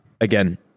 again